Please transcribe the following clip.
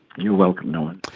you're welcome norman.